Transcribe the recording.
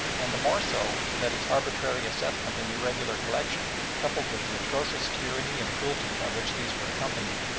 and the more so that its arbitrary assessment and irregular collection, coupled with the atrocious tyranny and cruelty by which these were accompanied,